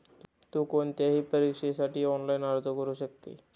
तु कोणत्याही परीक्षेसाठी ऑनलाइन अर्ज करू शकते